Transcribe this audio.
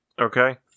Okay